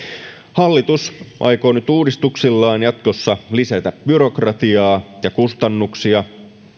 hallitus aikoo nyt uudistuksillaan jatkossa lisätä byrokratiaa ja kustannuksia